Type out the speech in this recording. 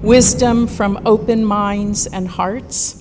wisdom from open minds and hearts